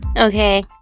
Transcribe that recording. Okay